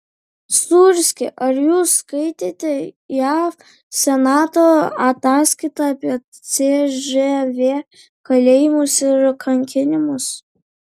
sūrski ar jūs skaitėte jav senato ataskaitą apie cžv kalėjimus ir kankinimus